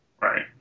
Right